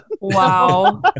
Wow